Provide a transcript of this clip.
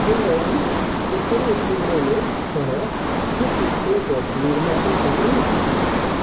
किं वयं चिक्कन् इत्यनेन सह स्टिक् इत्येतद् निर्मातुं शक्नुमः